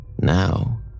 Now